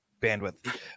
bandwidth